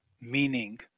meaning